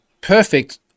perfect